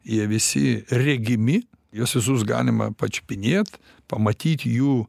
jie visi regimi juos visus galima pačiupinėt pamatyt jų